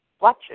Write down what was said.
watch